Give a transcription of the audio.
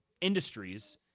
industries